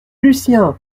lucien